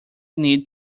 need